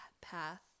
path